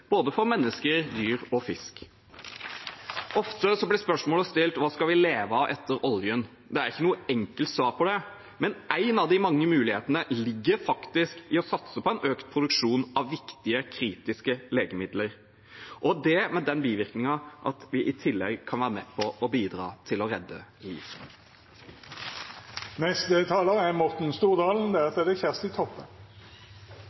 for både mennesker, dyr og fisk. Ofte blir spørsmålet stilt: Hva skal vi leve av etter oljen? Det er ikke noe enkelt svar på det, men en av de mange mulighetene ligger faktisk i å satse på økt produksjon av viktige, kritiske legemidler – og det med den bivirkningen at vi i tillegg kan være med på å bidra til å redde liv. Dagen i dag er